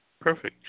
Perfect